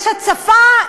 יש הצפה?